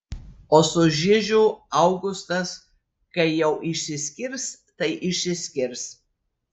o su žižiu augustas kai jau išsiskirs tai išsiskirs